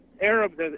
Arabs